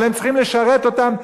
אבל הם צריכים לשרת אותם.